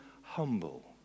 humble